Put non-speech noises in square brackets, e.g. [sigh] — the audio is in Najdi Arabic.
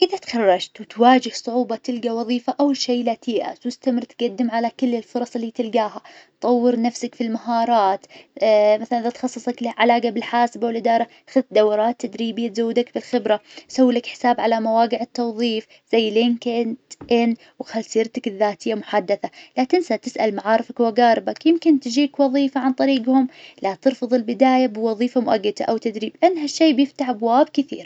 إذا تخرجت وتواجه صعوبة تلقى وظيفة أول شي لا تيأس واستمر تقدم على كل الفرص اللي تلقاها طور نفسك في المهارات [hesitation] مثلا إذا تخصصك له علاقة بالحاسبة والإدارة خد دورات تدريبية تزودك في الخبرة، سوي لك حساب على مواقع التوظيف زي لينكد إن، وخلي سيرتك الذاتية محدثة، لا تنسى تسأل معارفك وأقاربك يمكن تجيك وظيفة عن طريقهم، لا ترفظ البداية بوظيفة مؤقتة أو تدريب أن ها الشي بيفتح أبواب كثيرة.